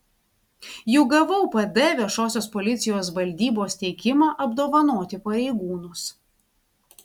juk gavau pd viešosios policijos valdybos teikimą apdovanoti pareigūnus